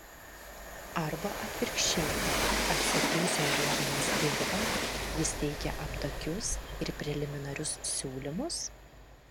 arba atvirkščiai atsargiai zonduodamas dirvą jis teikia aptakius ir preliminarius siūlymus